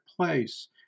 place